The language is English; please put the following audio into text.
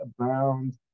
abound